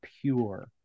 pure